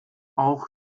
auch